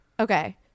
Okay